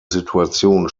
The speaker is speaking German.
situation